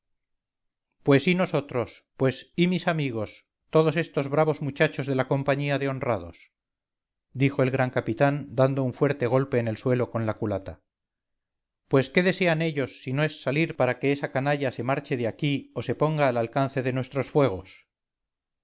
pues y nosotros pues y mis amigos todos estos bravos muchachos de la compañía de honrados dijo el gran capitán dando un fuerte golpe en el suelo con la culata pues qué desean ellos si no es salir para que esa canallase marche de ahí o se ponga al alcance de nuestros fuegos